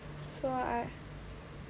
so I